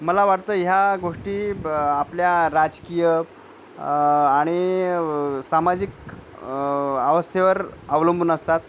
मला वाटतं ह्या गोष्टी ब आपल्या राजकीय आणि सामाजिक अवस्थेवर अवलंबून असतात